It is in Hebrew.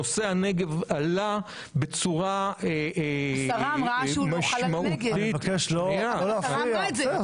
נושא הנגב עלה בצורה משמעותית --- השרה אמרה שהוא